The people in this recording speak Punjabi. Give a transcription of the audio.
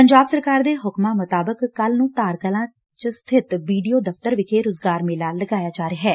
ਪੰਜਾਬ ਸਰਕਾਰ ਨੇ ਹੁਕਮਾ ਮੁਤਾਬਿਕ ਕੱਲ੍ਹ ਨੂੰ ਧਾਰ ਕਲਾਂ ਚ ਸਬਿਤ ਬੀ ਡੀ ਓ ਦਫ਼ਤਰ ਵਿਖੇ ਰੋਜ਼ਗਾਰ ਮੇਲਾ ਲਗਾਇਆ ਜਾ ਰਿਹੈ